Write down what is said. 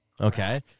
okay